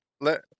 let